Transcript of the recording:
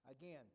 Again